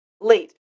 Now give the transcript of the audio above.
late